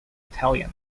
italian